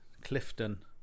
clifton